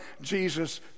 Jesus